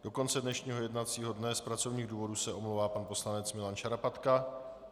Do konce dnešního jednacího dne z pracovních důvodů se omlouvá pan poslanec Milan Šarapatka.